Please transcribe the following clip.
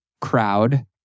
crowd